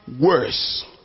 worse